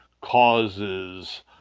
causes